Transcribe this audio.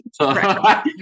Right